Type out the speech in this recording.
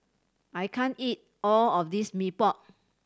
I can't eat all of this Mee Pok